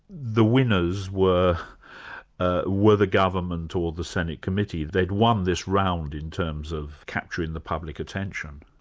the winners were ah were the government or the senate committee. they'd won this round, in terms of capturing the public attention.